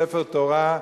ספר תורה,